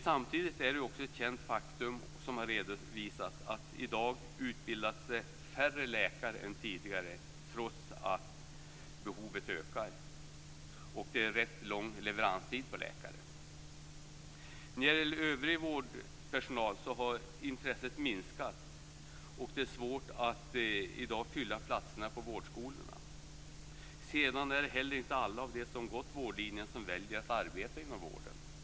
Samtidigt är det också ett känt faktum att det utbildas färre läkare i dag än tidigare trots att behovet ökar. Det är rätt lång leveranstid på läkare. När det gäller övrig vårdpersonal har intresset minskat. I dag är det svårt att fylla platserna på vårdskolorna. Det är inte heller alla av dem som har gått vårdlinjen som väljer att arbeta inom vården.